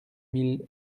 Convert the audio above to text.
mille